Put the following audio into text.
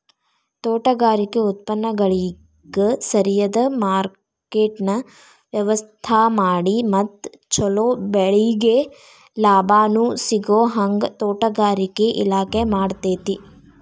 ತೋಟಗಾರಿಕೆ ಉತ್ಪನ್ನಗಳಿಗ ಸರಿಯದ ಮಾರ್ಕೆಟ್ನ ವ್ಯವಸ್ಥಾಮಾಡಿ ಮತ್ತ ಚೊಲೊ ಬೆಳಿಗೆ ಲಾಭಾನೂ ಸಿಗೋಹಂಗ ತೋಟಗಾರಿಕೆ ಇಲಾಖೆ ಮಾಡ್ತೆತಿ